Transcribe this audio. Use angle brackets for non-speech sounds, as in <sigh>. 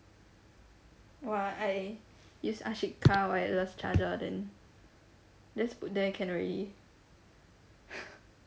!!wah!! I use ashiq car wireless charger then just put there can already <breath>